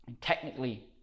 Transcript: Technically